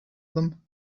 them